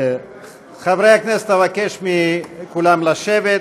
חברי הכנסת, אבקש מכולם לשבת.